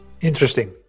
interesting